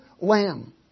lamb